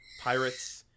pirates